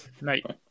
Night